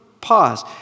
pause